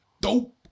dope